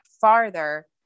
farther